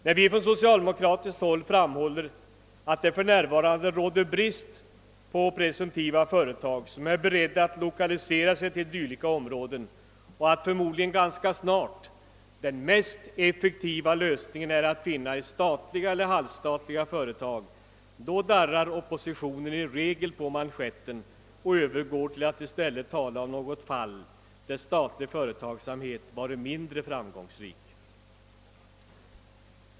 När vi från socialdemokratiskt håll framhåller att det för närvarande råder brist på presumtiva företag som är beredda att lokalisera sig till dylika områden och att den mest effektiva lösningen förmodligen ganska snart är att finna i statliga eller halvstatliga företag, darrar oppositionen i regelpå manschetten och övergår till att i stället tala om något fall där statlig företagsamhet varit mindre framgångsrik.